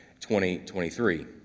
2023